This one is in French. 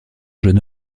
jeune